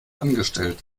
angestellt